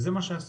וזה מה שעשינו.